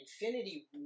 Infinity